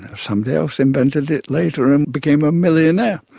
somebody else invented it later and became a millionaire!